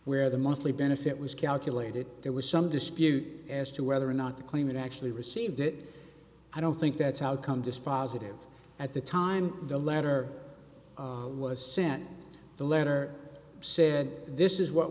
where the monthly benefit was calculated there was some dispute as to whether or not the claimant actually received it i don't think that's outcome dispositive at the time the letter was sent the letter said this is what